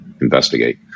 investigate